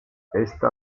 esta